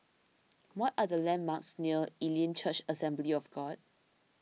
what are the landmarks near Elim Church Assembly of God